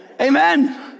Amen